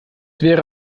wäre